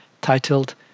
titled